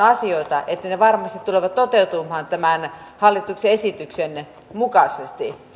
asioita ja jotta ne varmasti tulevat toteutumaan tämän hallituksen esityksen mukaisesti